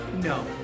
No